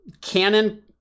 Canon